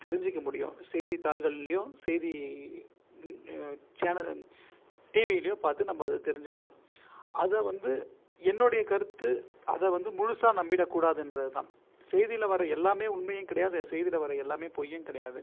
தெரிஞ்சுக்க முடியும் செய்தித்தாள்கள்லேயும் செய்தி சேனல் டிவில்லேயும் பார்த்து நம்ம அதை தெரிஞ்சுக்கலாம் அதை வந்து என்னுடைய கருத்து அதை வந்து முழுசா நம்பிவிடக்கூடாதுன்றது தான் செய்தியில் வர எல்லாமே உண்மையும் கிடையாது செய்தியில் வர எல்லாமே பொய்யும் கிடையாது